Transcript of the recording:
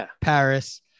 Paris